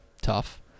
tough